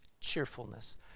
cheerfulness